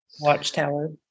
watchtower